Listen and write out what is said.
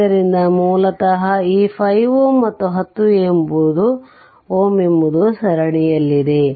ಆದ್ದರಿಂದ ಮೂಲತಃ ಈ 5Ω ಮತ್ತು 10Ω ಎಂಬುದು ಸರಣಿಯಲ್ಲಿದೆ